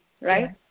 right